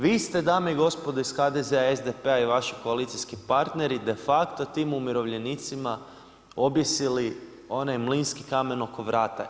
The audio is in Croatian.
Vi ste dame i gospodo iz HDZ-a, SDP-a i vaši koalicijskih partneri, de facto tim umirovljenici, objesili onaj mlinski kamen oko vrata.